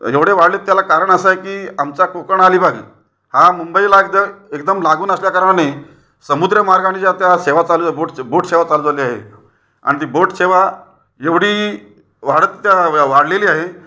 एवढे वाढलेयत त्याला कारण असं आहे की आमचा कोकण अलिबाग हा मुंबईला अगद एकदम लागून असल्या कारणाने समुद्रमार्गाने ज्या त्या सेवा चालू आहे बोटचे बोटसेवा चालू झाली आहे आणि ती बोटसेवा एवढी वाढत वाढडलेली आहे